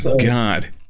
God